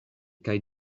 kaj